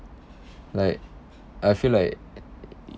like I feel like